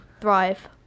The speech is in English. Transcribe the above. thrive